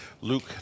Luke